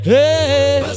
Hey